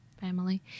family